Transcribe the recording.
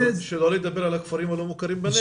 שלא לדבר על הכפרים הלא מוכרים בנגב.